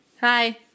Hi